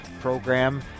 program